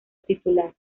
titular